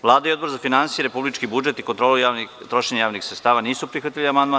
Vlada i Odbor za finansije, republički budžet i kontrolu trošenja javnih sredstava nisu prihvatili amandman.